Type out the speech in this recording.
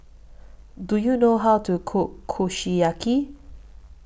Do YOU know How to Cook Kushiyaki